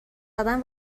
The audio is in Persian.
زدن